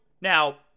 now